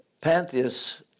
Pantheists